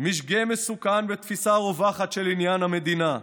משגה מסוכן בתפיסה הרווחת של עניין המדינה.